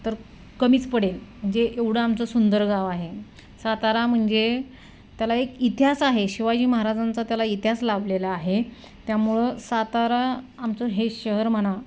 तर कमीच पडेल जे एवढं आमचं सुंदर गाव आहे सातारा म्हणजे त्याला एक इतिहास आहे शिवाजी महाराजांचा त्याला इतिहास लाभलेला आहे त्यामुळं सातारा आमचं हे शहर म्हणा